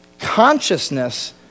Consciousness